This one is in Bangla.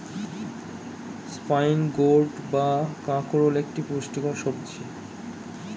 স্পাইন গোর্ড বা কাঁকরোল একটি পুষ্টিকর সবজি